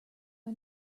are